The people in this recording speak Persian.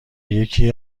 یکی